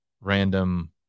random